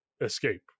escape